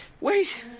Wait